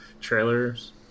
trailers